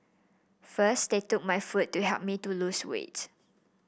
first they took my food to help me to lose weight